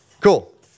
cool